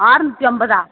அற்நூத்தி ஐம்பதா